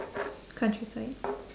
countryside